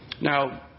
Now